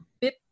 bit